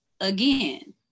again